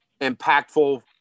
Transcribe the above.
impactful